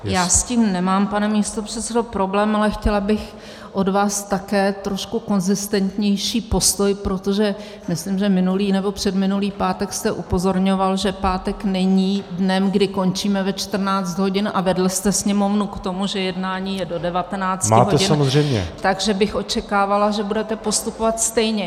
Já s tím nemám, pane místopředsedo, problém, ale chtěla bych od vás také trošku konzistentnější postoj, protože myslím, že minulý nebo předminulý pátek jste upozorňoval, že pátek není dnem, kdy končíme ve 14. hodin, a vedl jste Sněmovnu k tomu, že jednání je do 19. hodin, takže bych očekávala, že budete postupovat stejně.